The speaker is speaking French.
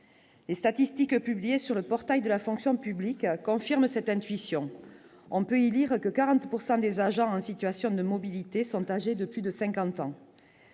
les statistiques publiées sur le portail de la fonction publique, confirme cette intuition, on peut y lire que 40 pourcent des agents un situation de mobilité sont âgés de plus de 50 ans